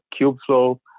Kubeflow